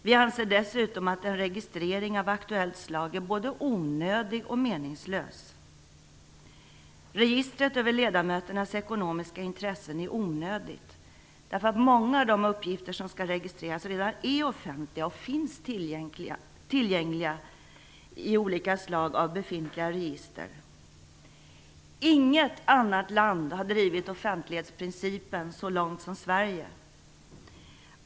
Vi anser dessutom att en registrering av aktuellt slag är både onödig och meningslös. Registret över ledamöternas ekonomiska intressen är onödigt därför att många av de uppgifter som skall registreras redan är offentliga och finns tillgängliga i olika slag av befintliga register. Inget annat land har drivit offentlighetsprincipen så långt som Sverige.